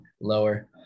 lower